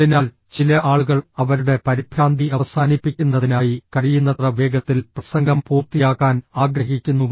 അതിനാൽ ചില ആളുകൾ അവരുടെ പരിഭ്രാന്തി അവസാനിപ്പിക്കുന്നതിനായി കഴിയുന്നത്ര വേഗത്തിൽ പ്രസംഗം പൂർത്തിയാക്കാൻ ആഗ്രഹിക്കുന്നു